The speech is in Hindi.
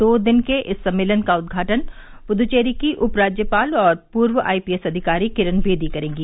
दो दिन के इस सम्मेलन का उद्घाटन पुदुचेरी की उप राज्यपाल और पूर्व आई पी एस अधिकारी किरन बेदी करेंगी